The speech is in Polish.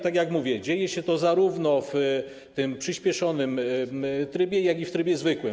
Tak jak mówię, dzieje się to zarówno w tym przyspieszonym trybie, jak i w trybie zwykłym.